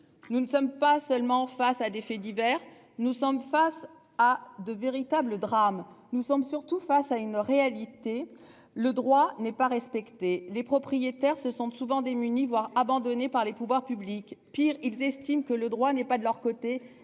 Nous ne sommes pas seulement face à des faits divers. Nous sommes face à de véritables drames. Nous sommes surtout face à une réalité. Le droit n'est pas respecté, les propriétaires se sentent souvent démunis, voire abandonnés par les pouvoirs publics. Pire, ils estiment que le droit n'est pas de leur côté